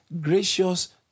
gracious